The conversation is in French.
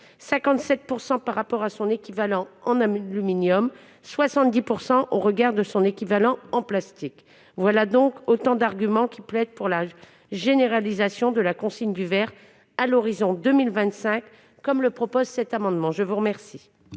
57 % par rapport à son équivalent en aluminium et 70 % au regard de son équivalent en plastique. Voilà autant d'arguments qui plaident en faveur de la généralisation de la consigne du verre à l'horizon de 2025, comme tend à le faire cet amendement. L'amendement